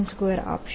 0n2 આપશે